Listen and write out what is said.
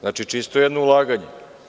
Znači, čisto jedno ulaganje.